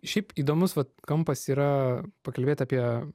šiaip įdomus vat kampas yra pakalbėt apie